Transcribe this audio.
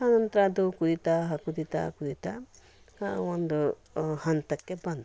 ಅನಂತರ ಅದು ಕುದೀತಾ ಕುದೀತಾ ಕುದೀತಾ ಒಂದು ಹಂತಕ್ಕೆ ಬಂತು